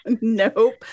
Nope